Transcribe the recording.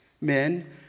men